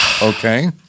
Okay